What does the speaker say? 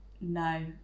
No